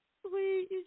Sweet